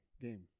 game